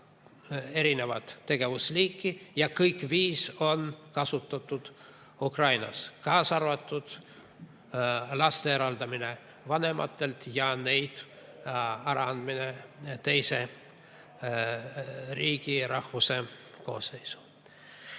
eri tegevusliiki ja kõiki neid viite on kasutatud Ukrainas, kaasa arvatud laste eraldamine vanematest ning nende äraandmine teise riigi ja rahvuse koosseisu.